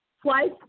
Twice